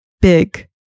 Big